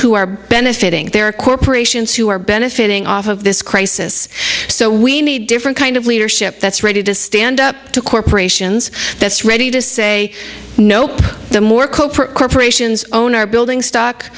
who are benefiting there are corporations who are benefiting off of this crisis so we need different kind of leadership that's ready to stand up to corporations that's ready to say nope the more corporate corporations own our building stock